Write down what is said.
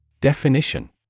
Definition